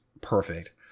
perfect